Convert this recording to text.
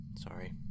Sorry